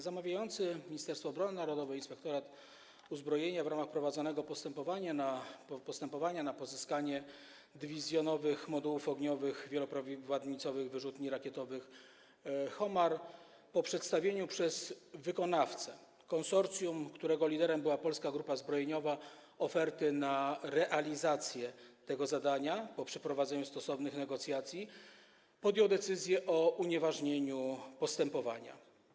Zamawiający, Ministerstwo Obrony Narodowej, Inspektorat Uzbrojenia, w ramach prowadzonego postępowania w celu pozyskania dywizjonowych modułów ogniowych wieloprowadnicowych wyrzutni rakietowych Homar, po przedstawieniu przez wykonawcę konsorcjum, którego liderem była Polska Grupa Zbrojeniowa, oferty na realizację tego zadania, po przeprowadzeniu stosownych negocjacji, podjął decyzję o unieważnieniu postępowania.